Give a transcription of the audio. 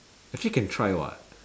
actually can try [what]